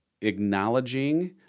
acknowledging